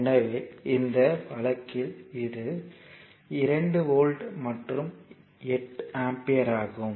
எனவே இந்த வழக்கில் இது 2 வோல்ட் மற்றும் 8 ஆம்பியர் ஆகும்